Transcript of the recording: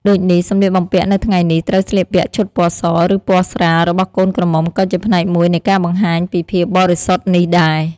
ដូចនេះសម្លៀកបំពាក់នៅថ្ងៃនេះត្រូវស្លៀកពាក់ឈុតពណ៌ស ឬពណ៌ស្រាលរបស់កូនក្រមុំក៏ជាផ្នែកមួយនៃការបង្ហាញពីភាពបរិសុទ្ធនេះដែរ ។